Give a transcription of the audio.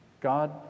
God